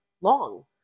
long